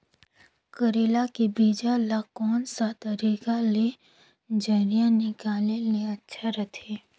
करेला के बीजा ला कोन सा तरीका ले जरिया निकाले ले अच्छा रथे?